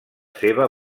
seva